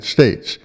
States